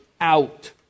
out